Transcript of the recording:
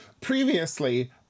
Previously